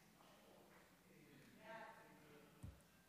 סעיפים 1 12 נתקבלו.